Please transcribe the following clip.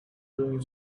doing